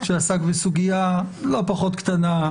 שעסק בסוגיה לא פחות קטנה,